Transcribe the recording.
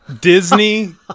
Disney